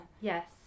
Yes